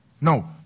No